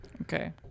Okay